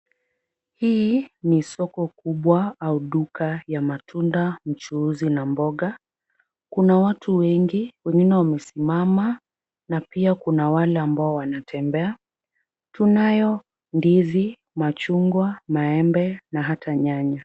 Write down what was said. Hii ni soko kubwa au duka ya matunda, mchuuzi na mboga. Kuna watu wengi wengine wamesimama na pia kuna ambao wanatembea. Tunayo ndizi, machungwa, maembe na hata nyanya.